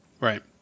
Right